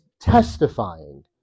testifying